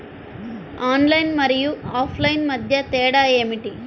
Online మరియు offline మధ్య తేడా ఏమిటీ?